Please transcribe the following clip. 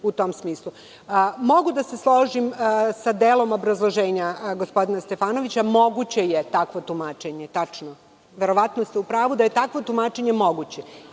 da se složim sa delom obrazloženja gospodina Stefanovića. Moguće je takvo tumačenje. To je tačno. Verovatno ste u pravu da je takvo tumačenje moguće. Smatram